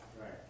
Right